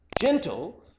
gentle